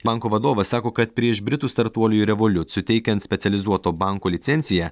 banko vadovas sako kad prieš britų startuoliui revoliut suteikiant specializuoto banko licenciją